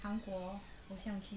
韩国偶像剧